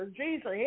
Jesus